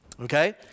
Okay